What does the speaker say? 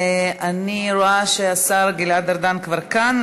אני רואה שהשר גלעד ארדן כבר כאן,